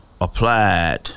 applied